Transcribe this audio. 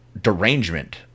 derangement